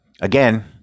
again